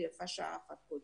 ויפה שעה אחת קודם.